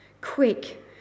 Quick